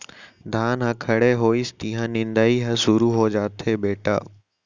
धान ह खड़े होइस तिहॉं निंदई ह सुरू हो जाथे बेटा